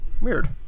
weird